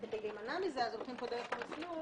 וכדי להימנע מזה הולכים פה דרך המסלול